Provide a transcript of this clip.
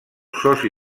soci